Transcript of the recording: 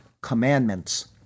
commandments